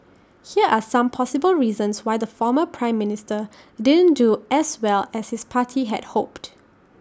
here are some possible reasons why the former Prime Minister didn't do as well as his party had hoped